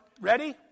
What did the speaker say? Ready